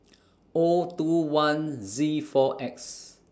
O two one Z four X